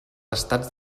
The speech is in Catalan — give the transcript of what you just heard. estats